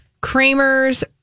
Kramer's